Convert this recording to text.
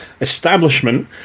Establishment